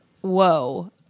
Whoa